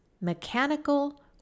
mechanical